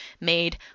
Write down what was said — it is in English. made